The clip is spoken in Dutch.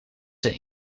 een